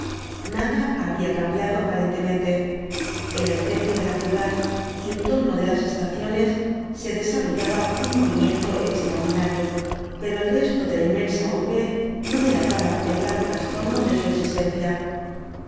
nada había cambiado aparentemente en el centro de la ciudad y en torno de las estaciones se desarrollaba un movimiento extraordinario pero el resto de la inmensa urbe no delataba el gran trastorno de su existencia